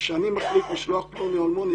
וכשאני מחליט לשלוח פלוני אלמוני,